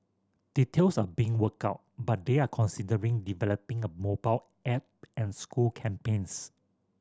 details are being worked out but they are considering developing a mobile app and school campaigns